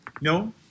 No